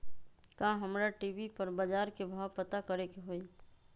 का हमरा टी.वी पर बजार के भाव पता करे के होई?